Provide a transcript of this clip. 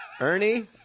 Ernie